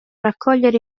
raccogliere